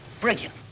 Brilliant